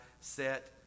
set